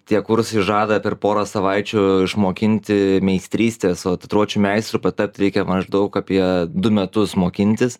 tie kursai žada per porą savaičių išmokinti meistrystės o tatuiruočių meistru patapt reikia maždaug apie du metus mokintis